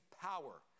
power